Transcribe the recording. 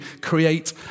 create